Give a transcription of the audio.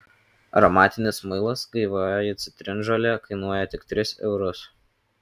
aromatinis muilas gaivioji citrinžolė kainuoja tik tris eurus